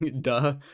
duh